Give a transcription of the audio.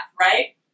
right